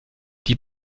die